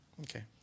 Okay